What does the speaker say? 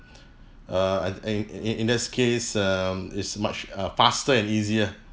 err and in in in this case um is much uh faster and easier